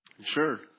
Sure